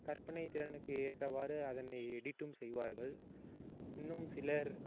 கற்பனை திறனுக்கு ஏற்றவாறு அதனை எடிட்டும் செய்வார்கள் இன்னும் சிலர்